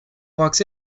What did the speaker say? walks